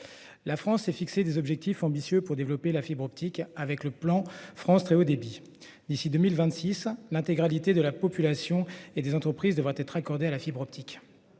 La France s'est fixé des objectifs ambitieux pour développer la fibre optique dans le cadre du plan France Très Haut Débit. D'ici à 2026, l'intégralité de la population et des entreprises devra être raccordée. Alors que